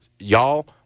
Y'all